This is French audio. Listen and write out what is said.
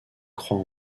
croix